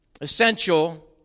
essential